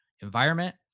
environment